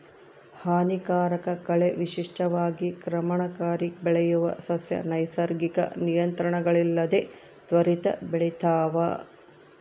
ಹಾನಿಕಾರಕ ಕಳೆ ವಿಶಿಷ್ಟವಾಗಿ ಕ್ರಮಣಕಾರಿ ಬೆಳೆಯುವ ಸಸ್ಯ ನೈಸರ್ಗಿಕ ನಿಯಂತ್ರಣಗಳಿಲ್ಲದೆ ತ್ವರಿತ ಬೆಳಿತಾವ